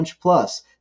Plus